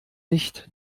nicht